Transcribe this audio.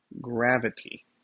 gravity